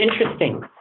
interesting